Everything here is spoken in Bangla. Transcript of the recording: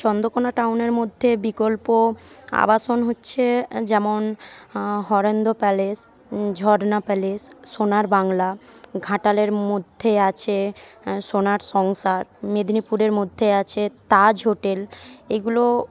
চন্দ্রকোণা টাউনের মধ্যে বিকল্প আবাসন হচ্ছে যেমন হরেন্দ্র প্যালেস ঝর্ণা প্যালেস সোনার বাংলা ঘাটালের মধ্যে আছে সোনার সংসার মেদিনীপুরের মধ্যে আছে তাজ হোটেল এগুলো